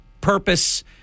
purpose